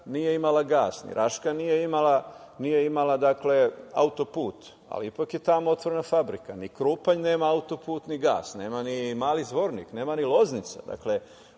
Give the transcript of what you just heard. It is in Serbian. nije imala gas, ni Raška nije imala auto-put, ali ipak je tamo otvorena fabrika. Ni Krupanj nema auto-put, ni gas. Nema ni Mali Zvornik. Nema ni Loznica. Ovo